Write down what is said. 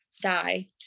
die